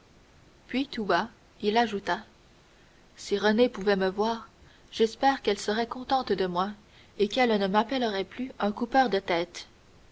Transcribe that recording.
puis tout bas il ajouta si renée pouvait me voir j'espère qu'elle serait contente de moi et qu'elle ne m'appellerait plus un coupeur de tête